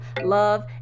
love